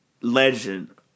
legend